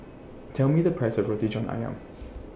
Tell Me The Price of Roti John Ayam